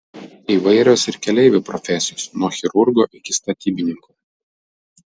įvairios ir keleivių profesijos nuo chirurgo iki statybininko